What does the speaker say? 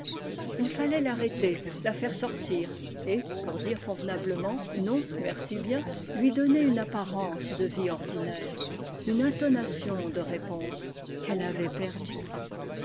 il fallait l'arrêter la faire sortir et pour dire convenablement non merci bien lui donner une apparence de vie ordinaire une intonation de répouse qu'elle avait perdues